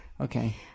Okay